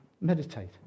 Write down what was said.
meditate